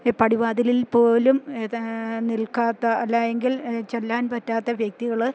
പടിവാതിലിൽ പോലും നിൽക്കാത്ത അല്ലായെങ്കിൽ ചെല്ലാൻ പറ്റാത്ത വ്യക്തികള്